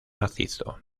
macizo